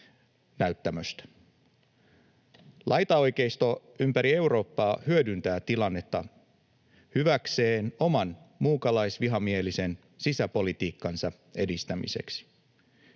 Laitaoikeisto ympäri Eurooppaa hyödyntää tilannetta oman muukalaisvihamielisen sisäpolitiikkansa edistämiseksi.